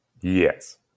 Yes